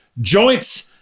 joints